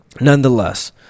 Nonetheless